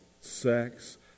sex